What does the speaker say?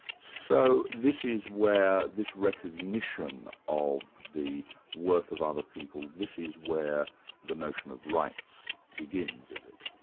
so this is where this recognition of the worth of other people, this is where the notion of rights begins, is it?